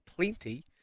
plenty